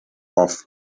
off